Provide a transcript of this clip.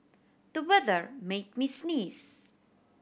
the weather made me sneeze